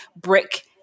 brick